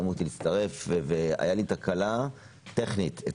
היתה לי תקלה טכנית.